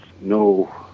no